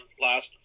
last